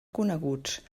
coneguts